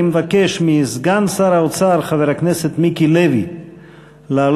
אני מבקש מסגן שר האוצר חבר הכנסת מיקי לוי לעלות